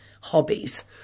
hobbies